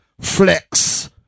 flex